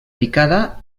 picada